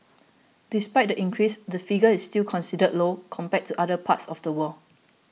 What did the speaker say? despite the increase the figure is still considered low compared to other parts of the world